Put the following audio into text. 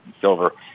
silver